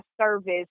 service